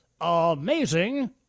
Amazing